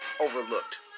overlooked